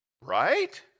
Right